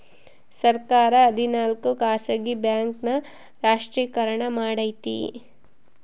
ಸರ್ಕಾರ ಹದಿನಾಲ್ಕು ಖಾಸಗಿ ಬ್ಯಾಂಕ್ ನ ರಾಷ್ಟ್ರೀಕರಣ ಮಾಡೈತಿ